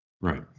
Right